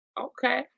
Okay